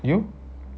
you